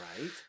right